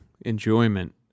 enjoyment